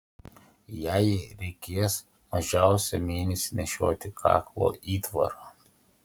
jai reikės mažiausiai mėnesį nešioti kaklo įtvarą